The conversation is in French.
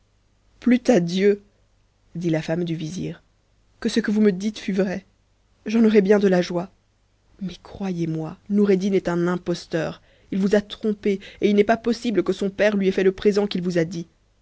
ût à dieu dit la femme du vizir que ce que vous me dites fût vrai j'en aurais bien de la joie mais croyez moi noureddin est un imposteur il vous a trompée et il n'est pas pos sible que son père lui ait fait le présent qu'il vous a dit